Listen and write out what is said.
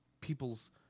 people's